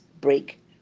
break